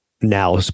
now